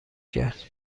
کرد